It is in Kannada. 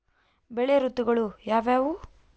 ಬೆಳೆ ಋತುಗಳು ಯಾವ್ಯಾವು?